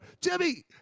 Jimmy